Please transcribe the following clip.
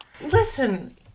Listen